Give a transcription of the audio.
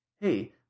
hey